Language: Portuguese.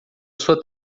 sua